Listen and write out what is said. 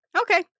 Okay